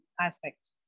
aspects